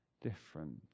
different